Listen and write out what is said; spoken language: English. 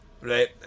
right